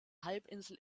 halbinsel